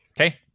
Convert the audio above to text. Okay